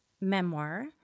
memoir